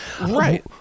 right